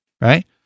Right